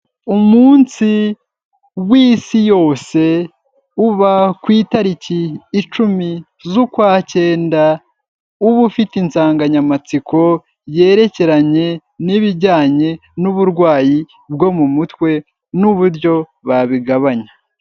Umunsi w'isi yose uba ku itariki icumi z'Ukwakenda, uba ufite insanganyamatsiko yerekeranye n'ibijyanye n'uburwayi bwo mu mutwe n'uburyo babigabanya.